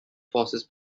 forces